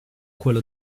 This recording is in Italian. quello